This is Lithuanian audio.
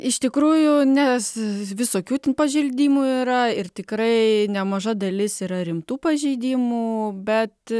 iš tikrųjų nes visokių ten pažeidimų yra ir tikrai nemaža dalis yra rimtų pažeidimų bet